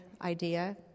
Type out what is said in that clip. idea